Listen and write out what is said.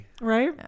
Right